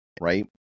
right